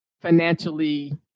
financially